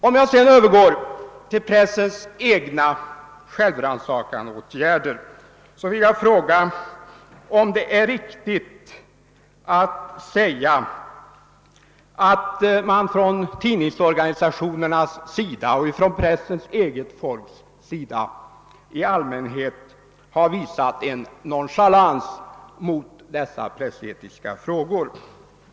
Om jag sedan övergår till pressens egna självrannsakande åtgärder vill jag fråga, om det är riktigt att säga att tidningsorganisationerna och pressens eget folk i allmänhet har visat nonchalans mot dessa pressetiska frågor.